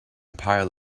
pile